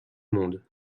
monde